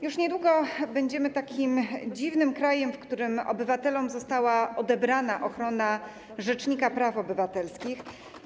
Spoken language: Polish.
Już niedługo będziemy takim dziwnym krajem, w którym obywatelom została odebrana ochrona rzecznika praw obywatelskich.